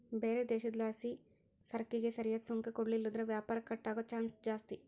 ಬ್ಯಾರೆ ದೇಶುದ್ಲಾಸಿಸರಕಿಗೆ ಸರಿಯಾದ್ ಸುಂಕ ಕೊಡ್ಲಿಲ್ಲುದ್ರ ವ್ಯಾಪಾರ ಕಟ್ ಆಗೋ ಚಾನ್ಸ್ ಜಾಸ್ತಿ